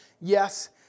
yes